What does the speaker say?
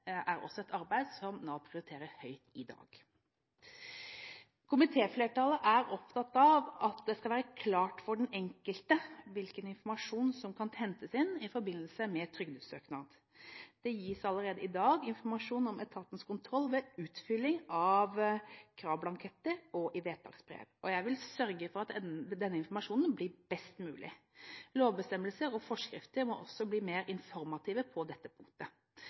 er også et arbeid som Nav prioriterer høyt i dag. Komitéflertallet er opptatt av at det skal være klart for den enkelte hvilken informasjon som kan hentes inn i forbindelse med trygdesøknad. Det gis allerede i dag informasjon om etatens kontroll ved utfylling av kravblanketter og i vedtaksbrev. Jeg vil sørge for at denne informasjonen blir best mulig. Lovbestemmelser og forskrifter må også bli mer informative på dette punktet.